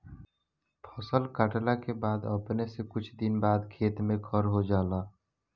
फसल काटला के बाद अपने से कुछ दिन बाद खेत में खर हो जाला